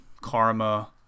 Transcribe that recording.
Karma